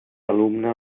alumne